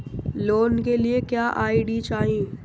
Loan के लिए क्या आई.डी चाही?